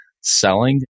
selling